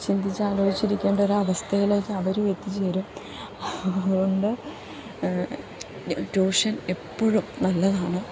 ചിന്തിച്ച് ആലോചിച്ചിരിക്കേണ്ട ഒരു അവസ്ഥയിലേക്ക് അവർ എത്തിച്ചേരും അതുകൊണ്ട് ട്യൂഷൻ എപ്പോഴും നല്ലതാണ്